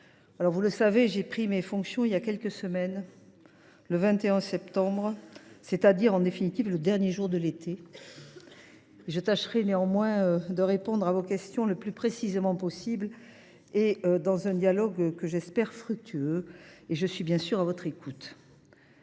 Vous le savez, j’ai pris mes fonctions il y a quelques semaines, le 21 septembre 2024, c’est à dire le dernier jour de l’été. Je tâcherai néanmoins de répondre à vos questions le plus précisément possible, dans un dialogue que j’espère fructueux. Et je suis bien sûr à votre écoute.